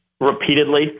repeatedly